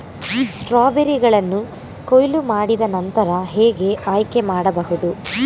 ಸ್ಟ್ರಾಬೆರಿಗಳನ್ನು ಕೊಯ್ಲು ಮಾಡಿದ ನಂತರ ಹೇಗೆ ಆಯ್ಕೆ ಮಾಡಬಹುದು?